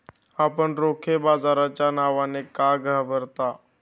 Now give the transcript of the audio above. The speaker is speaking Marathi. आपण रोखे बाजाराच्या नावाने का घाबरता?